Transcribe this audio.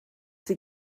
sie